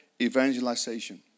evangelization